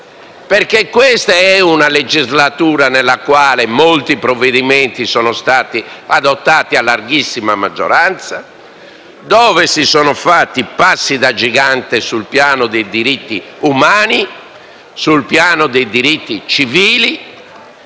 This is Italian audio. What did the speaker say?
Questa è una legislatura nella quale molti provvedimenti sono stati adottati a larghissima maggioranza, nella quale si sono fatti passi da gigante sul piano dei diritti umani e civili